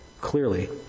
clearly